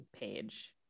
page